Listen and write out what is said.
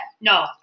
No